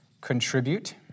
contribute